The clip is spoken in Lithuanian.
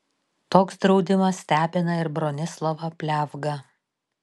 toks draudimas stebina ir bronislovą pliavgą